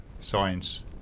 science